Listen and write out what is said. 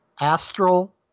astral